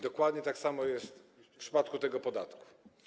Dokładnie tak samo jest w przypadku tego podatku.